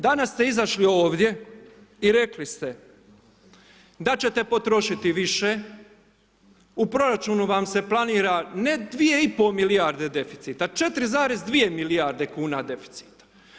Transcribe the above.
Danas ste izašli ovdje i rekli ste, da ćete potrošiti više, u proračunu vam se planira, ne 2,5 milijarde deficita, 4,2 milijarde kuna deficita.